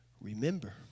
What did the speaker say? remember